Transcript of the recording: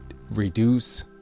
reduce